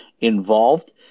involved